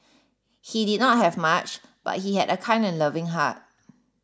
he did not have much but he had a kind and loving heart